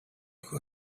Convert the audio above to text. who